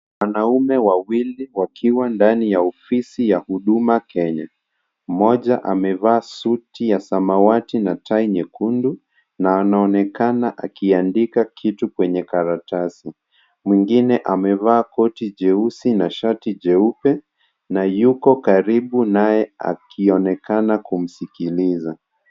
Wanaume wawili wakiwa ndani ya ofisi ya Huduma Kenya, mmoja amevaa suti ya samawati na tai nyekundu na anaonekana akiandika kitu kwenye karatasi, mwingine amevaa koti jeusi na shati jeupe na yuko karibu naye akionekana kumsikiliza.